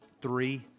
three